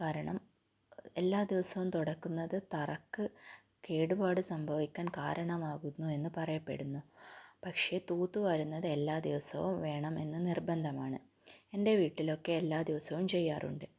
കാരണം എല്ലാ ദിവസവും തുടയ്ക്കുന്നത് തറയ്ക്ക് കേടുപാട് സംഭവിക്കാൻ കാരണമാകുന്നു എന്ന് പറയപ്പെടുന്നു പക്ഷെ തൂത്തുവാരുന്നത് എല്ലാ ദിവസവും വേണമെന്ന് നിർബന്ധമാണ് എൻ്റെ വീട്ടിലൊക്കെ എല്ലാ ദിവസവും ചെയ്യാറുണ്ട്